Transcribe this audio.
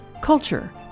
culture